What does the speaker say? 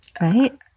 right